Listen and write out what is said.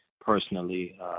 personally